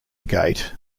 gate